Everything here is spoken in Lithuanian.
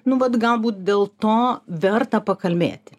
nu vat galbūt dėl to verta pakalbėti